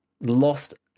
lost